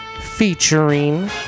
featuring